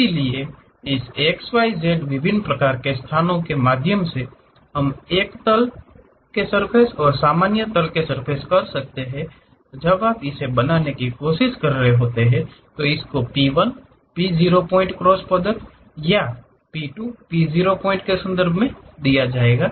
इसलिए इस x y z विभिन्न प्रकार के स्थानों के माध्यम से हम एक तल और सर्फ़ेस को सामान्य कर सकते हैं जब आप इसे बनाने की कोशिश कर रहे हैं तो इसे आपके P 1 P 0 पॉइंट क्रॉस उत्पाद के साथ P 2 P 0point के संदर्भ में दिया जाएगा